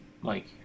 Mike